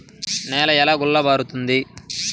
నేల ఎలా గుల్లబారుతుంది?